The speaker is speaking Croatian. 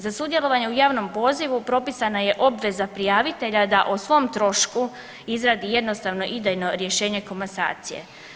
Za sudjelovanje u javnom pozivu propisana je obveza prijavitelja da o svom trošku izradi jednostavno idejno rješenje komasacije.